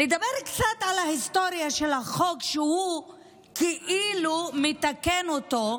ואדבר קצת על ההיסטוריה של החוק שהוא כאילו מתקן אותו,